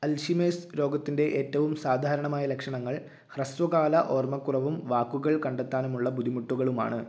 Alzheimer's രോഗത്തിൻ്റെ ഏറ്റവും സാധാരണമായ ലക്ഷണങ്ങൾ ഹ്രസ്വകാല ഓർമ്മക്കുറവും വാക്കുകൾ കണ്ടെത്താനുമുള്ള ബുദ്ധിമുട്ടുകളുമാണ്